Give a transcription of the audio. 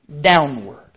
downward